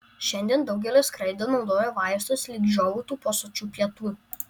šiandien daugelis skraido naudoja vaistus lyg žiovautų po sočių pietų